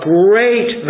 great